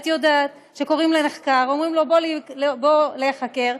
את יודעת שקוראים לנחקר ואומרים לו: בוא להיחקר.